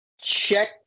Check